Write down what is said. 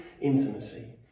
intimacy